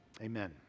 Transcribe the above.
Amen